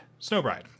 Snowbride